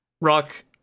rock